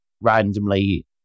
randomly